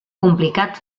complicat